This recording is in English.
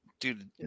Dude